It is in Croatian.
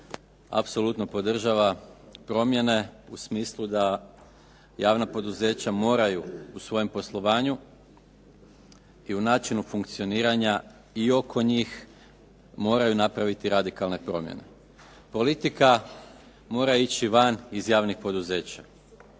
apsolutno podržava promjene u smislu da javna poduzeća moraju u svojem poslovanju i u načinu funkcioniranja i oko njih moraju napraviti radikalne promjene. Politika mora ići van iz javnih poduzeća